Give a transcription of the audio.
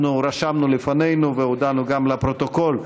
רשמנו לפנינו וגם הודענו לפרוטוקול,